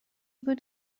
بود